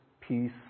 peace